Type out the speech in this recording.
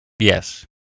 Yes